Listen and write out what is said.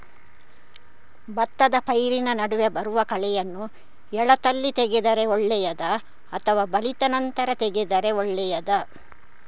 ಭತ್ತದ ಪೈರಿನ ನಡುವೆ ಬರುವ ಕಳೆಯನ್ನು ಎಳತ್ತಲ್ಲಿ ತೆಗೆದರೆ ಒಳ್ಳೆಯದಾ ಅಥವಾ ಬಲಿತ ನಂತರ ತೆಗೆದರೆ ಒಳ್ಳೆಯದಾ?